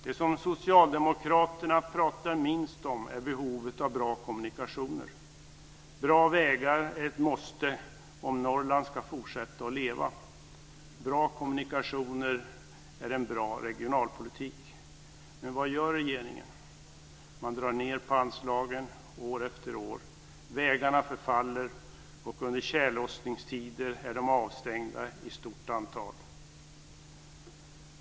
Det som socialdemokraterna pratar minst om är behovet av bra kommunikationer. Bra vägar är ett måste om Norrland ska fortsätta att leva. Bra kommunikationer är en bra regionalpolitik. Men vad gör regeringen? Den drar ned på anslagen år efter år. Vägarna förfaller, och under tjällossningstider är de avstängda i stort antal.